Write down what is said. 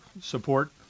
support